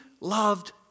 loved